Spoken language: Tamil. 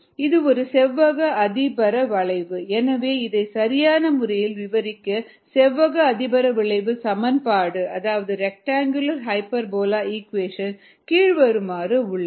இது ஒரு செவ்வக அதிபரவளைவு எனவே இதை சரியான முறையில் விவரிக்கும் செவ்வக அதிபரவளைவு சமன்பாடு அதாவது ரெக்டங்குளர் ஹைபர்போலா ஈக்குபேஷன் கீழ்வருமாறு உள்ளது